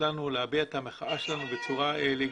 לנו להביע את המחאה שלנו בצורה לגיטימית.